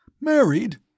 Married